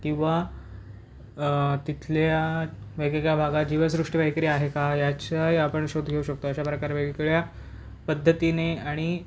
किंवा तिथल्या वेगवेगळ्या भागात जीवसृष्टी वगैरे आहे का याच्याही आपण शोध घेऊ शकतो अशा प्रकारे वेगवेगळ्या पद्धतीने आणि